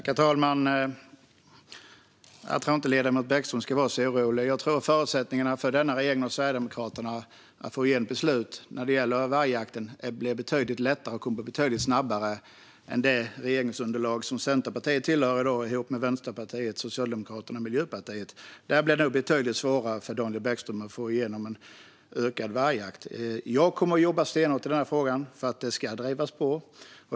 Herr talman! Jag tror inte att ledamoten Bäckström ska vara orolig. Jag tror att regeringen och Sverigedemokraterna kommer att få igenom beslut om vargjakt betydligt lättare och snabbare än det regeringsunderlag som Centerpartiet tillhör ihop med Vänsterpartiet, Socialdemokraterna och Miljöpartiet. Där blir det nog betydligt svårare för Daniel Bäckström att få igenom ökad vargjakt. Jag kommer att jobba stenhårt i denna fråga för att den ska drivas på.